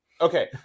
Okay